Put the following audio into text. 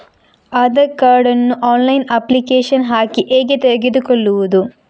Aadhaar card ನ್ನು online application ಹಾಕಿ ಹೇಗೆ ತೆಗೆದುಕೊಳ್ಳುವುದು?